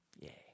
Yay